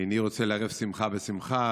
איני רוצה לערב שמחה בשמחה,